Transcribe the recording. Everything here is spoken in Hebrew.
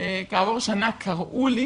כעבור שנה קראו לי